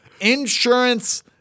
insurance